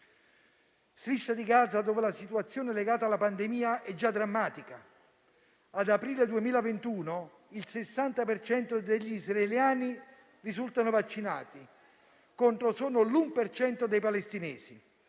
striscia di Gaza la situazione legata alla pandemia è già drammatica. Ad aprile 2021 il 60 per cento degli israeliani risultano vaccinati, contro solo l'1 per cento dei palestinesi.